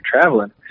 traveling